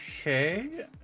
Okay